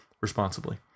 responsibly